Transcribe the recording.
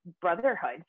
brotherhood